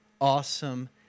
awesome